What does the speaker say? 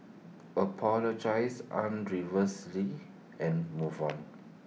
apologise an reversely and move on